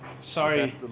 sorry